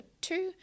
two